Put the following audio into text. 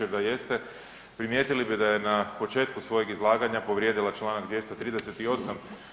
Jer da jeste primijetili bi da je na početku svoga izlaganja povrijedila članak 238.